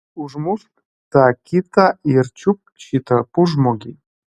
užmušk tą kitą ir čiupk šitą pusžmogį